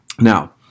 Now